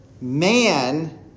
man